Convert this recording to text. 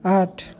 आठ